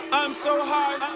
i'm so high,